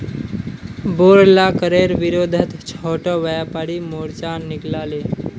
बोढ़ला करेर विरोधत छोटो व्यापारी मोर्चा निकला ले